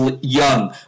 Young